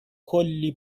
کلی